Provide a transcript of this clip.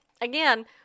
again